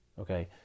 okay